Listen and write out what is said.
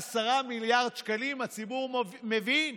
ב-110 מיליארד שקלים הציבור מבין.